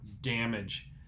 damage